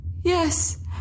yes